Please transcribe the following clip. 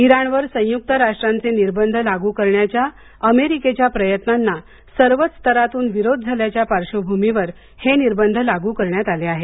इराणवर संयुक्त राष्ट्रांचे निर्बंध लागू करण्याच्या अमेरिकेच्या प्रयत्नांना सर्वच स्तरांतून विरोध झाल्याच्या पार्श्वभूमीवर हे निर्बंध लागू करण्यात आले आहेत